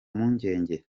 mpungenge